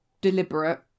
deliberate